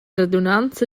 radunanza